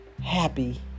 happy